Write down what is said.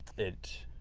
it